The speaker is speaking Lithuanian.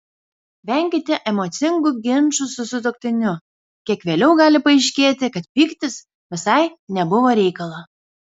venkite emocingų ginčų su sutuoktiniu kiek vėliau gali paaiškėti kad pyktis visai nebuvo reikalo